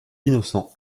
innocent